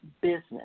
business